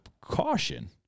caution